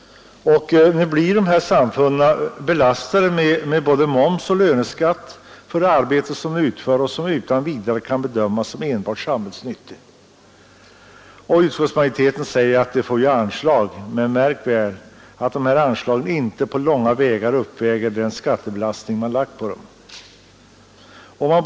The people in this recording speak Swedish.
Dessa samfund blir belastade med både moms och löneskatt för arbete som de utför och som utan vidare kan bedömas som enbart samhällsnyttigt. Utskottsmajoriteten säger att det utgår ju anslag. Men märk väl att anslagen inte på långt när uppväger skattebelastningen.